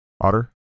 Otter